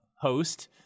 host